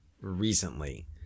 recently